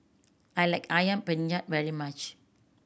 I like Ayam Penyet very much